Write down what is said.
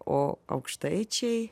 o aukštaičiai